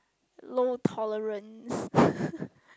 low tolerance